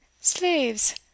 Slaves